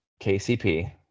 KCP